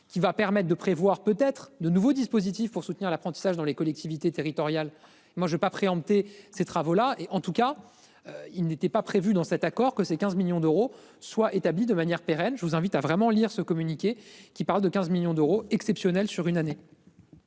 qui va permettre de prévoir peut être de nouveaux dispositifs pour soutenir l'apprentissage dans les collectivités territoriales. Moi je vais pas préempter ces travaux-là et en tout cas. Il n'était pas prévu dans cet accord, que ces 15 millions d'euros soit établie de manière pérenne. Je vous invite à vraiment lire ce communiqué, qui parle de 15 millions d'euros exceptionnel sur une année.--